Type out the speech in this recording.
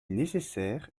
nécessaire